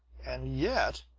and yet,